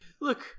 Look